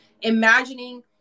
imagining